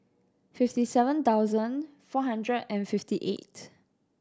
fifty seven thousand four hundred and fifty eight